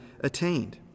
attained